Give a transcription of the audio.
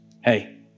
hey